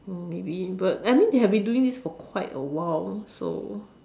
oh maybe but I mean they have been doing this for quite a while so